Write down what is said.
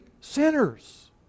sinners